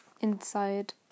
inside